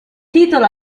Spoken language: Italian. titolo